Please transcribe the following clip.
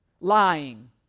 Lying